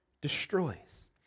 destroys